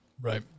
Right